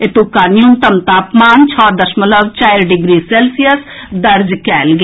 एतुका न्यूनतम तापमान छओ दशमलव चारि डिग्री सेल्सियस दर्ज कएल गेल